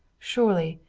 surely,